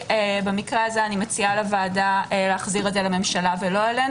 במקרה הזה אני מציעה לוועדה להחזיר את זה לממשלה ולא אלינו.